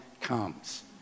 comes